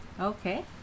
Okay